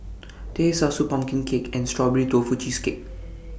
Teh Susu Pumpkin Cake and Strawberry Tofu Cheesecake